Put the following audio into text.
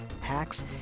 hacks